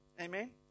Amen